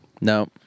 No